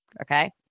Okay